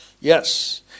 Yes